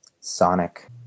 Sonic